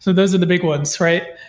so those are the big ones, right?